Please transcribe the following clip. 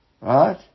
Right